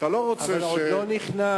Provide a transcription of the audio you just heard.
אבל הוא עדיין לא נכנס.